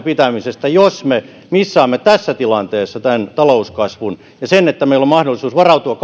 pitämisestä jos me missaamme tässä tilanteessa tämän talouskasvun ja sen että meillä on mahdollisuus varautua